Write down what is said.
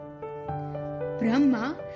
brahma